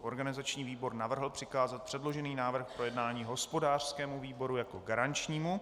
Organizační výbor navrhl přikázat předložený návrh k projednání hospodářskému výboru jako garančnímu.